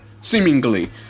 seemingly